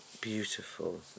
beautiful